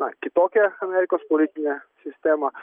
na kitokią amerikos politinę sistemą